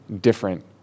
different